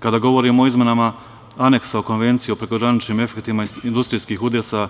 Kada govorimo o izmenama Aneksa o Konvenciji o prekograničnim efektima industrijskih udesa